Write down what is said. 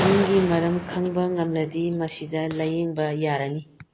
ꯅꯨꯡꯒꯤ ꯃꯔꯝ ꯈꯪꯕ ꯉꯝꯂꯗꯤ ꯃꯁꯤꯗ ꯂꯥꯏꯌꯦꯡꯕ ꯌꯥꯔꯅꯤ